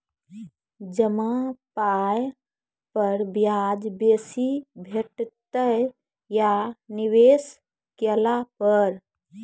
जमा पाय पर ब्याज बेसी भेटतै या निवेश केला पर?